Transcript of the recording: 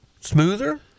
smoother